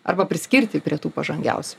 arba priskirti prie tų pažangiausių